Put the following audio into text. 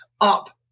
up